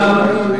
והנזקקים,